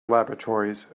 laboratories